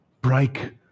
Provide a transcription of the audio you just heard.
Break